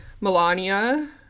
Melania